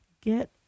get